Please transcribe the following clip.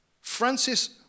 Francis